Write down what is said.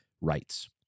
rights